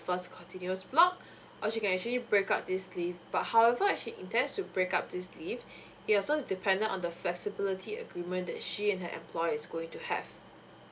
first continuous block or she can actually break up this leave but however if she intends to break up this leave it also dependent on the flexibility agreement that she and her employer is going to have